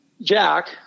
Jack